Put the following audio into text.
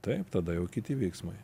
taip tada jau kiti veiksmai